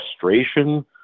frustration